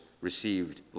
received